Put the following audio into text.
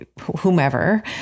whomever